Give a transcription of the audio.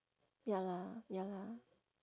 ya lah ya lah